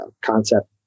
concept